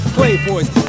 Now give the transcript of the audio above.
Playboys